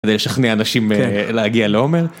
זה לשכנע אנשים להגיע לעומר.